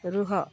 ରୁହ